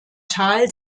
tal